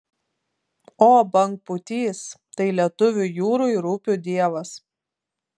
o bangpūtys tai lietuvių jūrų ir upių dievas